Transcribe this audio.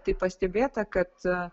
tai pastebėta kad